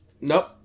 Nope